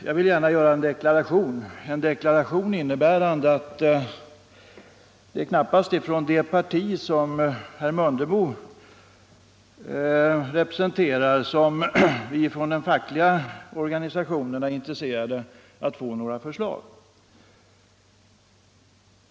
Jag vill gärna göra en deklaration, innebärande att det knappast är från det parti som herr Mundebo representerar som vi från de fackliga organisationerna är intresserade av att få några förslag.